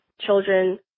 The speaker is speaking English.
children